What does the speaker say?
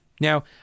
Now